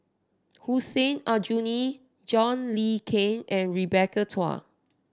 Hussein Aljunied John Le Cain and Rebecca Chua